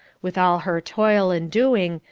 with all her toil and doing,